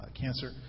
cancer